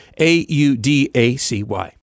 A-U-D-A-C-Y